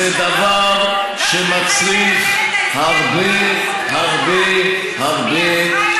זה דבר שמצריך הרבה הרבה הרבה